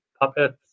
puppets